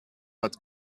what